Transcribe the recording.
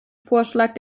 vorschlag